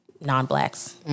Non-blacks